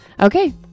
Okay